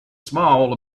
small